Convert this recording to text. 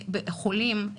חולים.